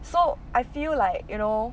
so I feel like you know